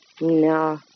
No